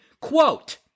quote